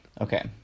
Okay